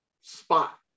spot